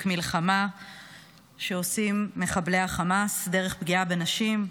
מלחמה שעושים מחבלי החמאס דרך פגיעה בנשים,